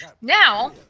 Now